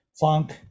funk